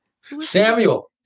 Samuel